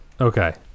Okay